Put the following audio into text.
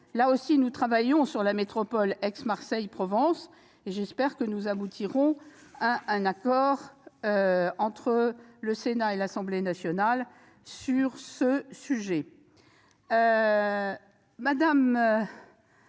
Benarroche, nous travaillons aussi sur la métropole Aix-Marseille-Provence. J'espère que nous aboutirons à un accord entre le Sénat et l'Assemblée nationale sur le sujet.